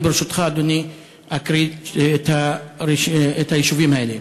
ברשותך, אדוני, אני אקריא את שמות היישובים האלה: